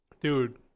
Dude